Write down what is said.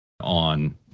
on